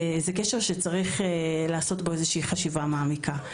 זה קשר שצריך עשות בו איזושהי חשיבה מעמיקה.